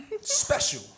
Special